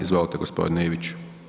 Izvolite gospodine Ivić.